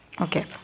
okay